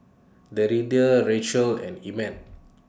Deirdre Raquel and Emmet